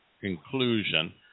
conclusion